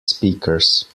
speakers